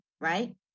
Right